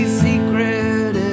secret